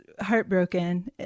heartbroken